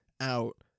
out